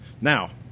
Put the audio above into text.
Now